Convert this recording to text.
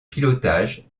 pilotage